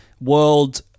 world